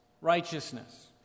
righteousness